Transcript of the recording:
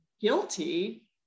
guilty